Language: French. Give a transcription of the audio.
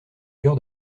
cœur